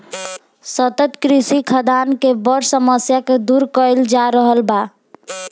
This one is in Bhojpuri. सतत कृषि खाद्यान के बड़ समस्या के दूर कइल जा रहल बा